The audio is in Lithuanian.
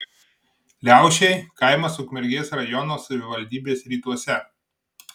liaušiai kaimas ukmergės rajono savivaldybės rytuose